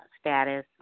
status